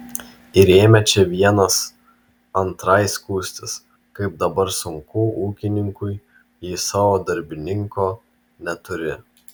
ir ėmė čia vienas antrai skųstis kaip dabar sunku ūkininkui jei savo darbininko neturi